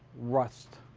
rust.